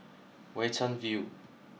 Watten View